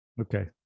Okay